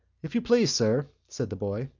if you please, sir, said the boy.